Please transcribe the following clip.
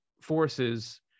forces